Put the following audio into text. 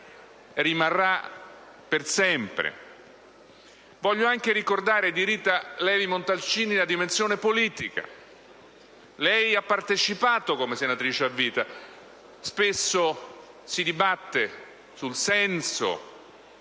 rimarrà per sempre. Voglio anche ricordare di Rita Levi-Montalcini la dimensione politica. Lei ha partecipato come senatrice a vita: spesso si dibatte sul senso